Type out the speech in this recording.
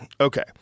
Okay